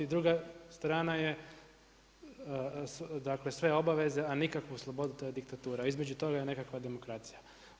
Druga strana je, dakle sve obaveze, a nikakvu slobodu to je diktatura a između toga je nekakva demokracija.